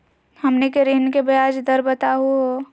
हमनी के ऋण के ब्याज दर बताहु हो?